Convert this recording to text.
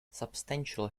substantial